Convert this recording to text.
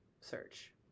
search